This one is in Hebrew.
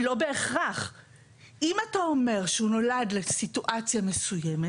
אם אתה אומר שהוא נולד לסיטואציה מסוימת